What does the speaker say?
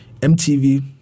MTV